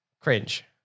Cringe